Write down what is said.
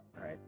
Right